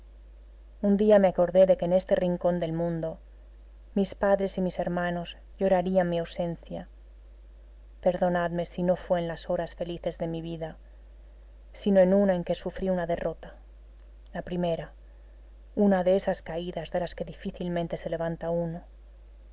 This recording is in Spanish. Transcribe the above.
un día me acordé de que en este rincón del mundo mis padres y mis hermanos llorarían mi ausencia perdonadme si no fue en las horas felices de mi vida sino en una en que sufrí una derrota la primera una de esas caídas de las que difícilmente se levanta uno